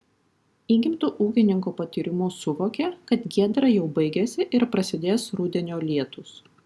įgimtu ūkininko patyrimu suvokė kad giedra jau baigiasi ir prasidės rudenio lietūs